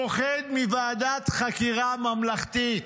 פוחד מוועדת חקירה ממלכתית.